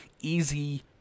easy